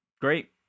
great